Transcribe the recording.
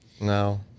no